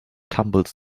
tumbles